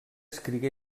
escrigué